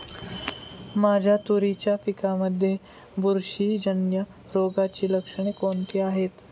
माझ्या तुरीच्या पिकामध्ये बुरशीजन्य रोगाची लक्षणे कोणती आहेत?